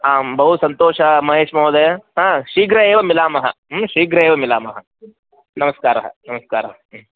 आं बहु सन्तोषः महेशः महोदय हा शीघ्रम् एव मिलामः शीघ्रम् एव मिलामः नमस्कारः नमस्कारः